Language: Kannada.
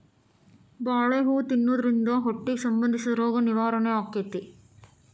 ಬಾಳೆ ಹೂ ತಿನ್ನುದ್ರಿಂದ ಹೊಟ್ಟಿಗೆ ಸಂಬಂಧಿಸಿದ ರೋಗ ನಿವಾರಣೆ ಅಕೈತಿ